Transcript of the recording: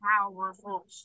powerful